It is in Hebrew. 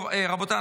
רבותיי,